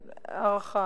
"טדי" יהיה, זאת הערכה.